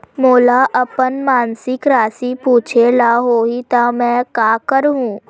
मोला अपन मासिक राशि पूछे ल होही त मैं का करहु?